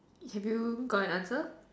have you got an answer